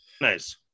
Nice